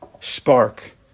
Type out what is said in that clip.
spark